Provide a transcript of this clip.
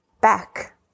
back